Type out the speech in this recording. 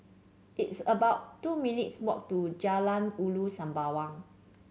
it's about two minutes' walk to Jalan Ulu Sembawang